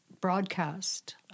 broadcast